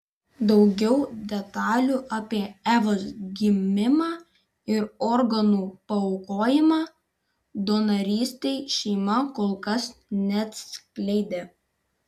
daugiau detalių apie evos gimimą ir organų paaukojimą donorystei šeima kol kas neatskleidė